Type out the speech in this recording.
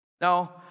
Now